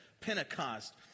Pentecost